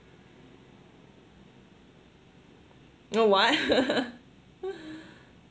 no why